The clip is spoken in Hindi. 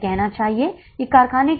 क्या आप मुझे समझ रहे हैं